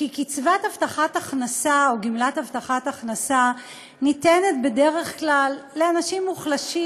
שקצבת הבטחת הכנסה או גמלת הבטחת הכנסה ניתנת בדרך כלל לאנשים מוחלשים,